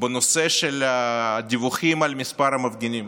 בנושא של הדיווחים על מספר המפגינים.